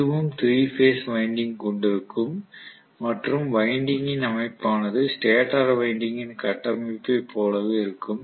இதுவும் 3 phase winding கொண்டிருக்கும் மற்றும் வைண்டிங்கின் அமைப்பானது ஸ்டேட்டர் வைண்டிங்கின் கட்டமைப்பைப் போலவே இருக்கும்